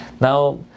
Now